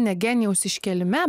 ne genijaus iškėlime